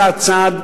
צעד-צעד.